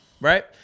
right